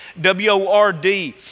W-O-R-D